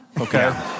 Okay